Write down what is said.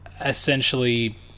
essentially